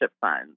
funds